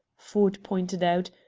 ford pointed out,